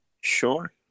Sure